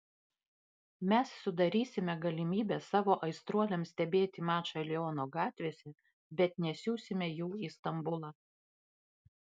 mes sudarysime galimybę savo aistruoliams stebėti mačą liono gatvėse bet nesiųsime jų į stambulą